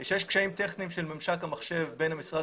יש קשיים טכניים של ממשק המחשב בין המשרד